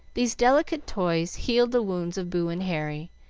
these delicate toys healed the wounds of boo and harry,